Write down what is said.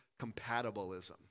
compatibilism